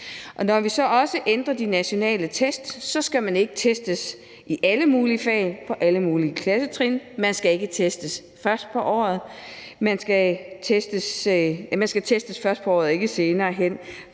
Når vi så også ændrer de nationale test, skal man ikke testes i alle mulige fag på alle mulige klassetrin; man skal testes først på året og ikke senere hen,